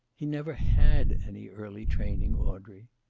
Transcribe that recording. he never had any early training, audrey.